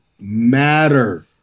matter